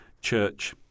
church